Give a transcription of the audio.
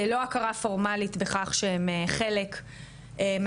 ללא הכרה פורמלית בכך שהם חלק מהשורדים.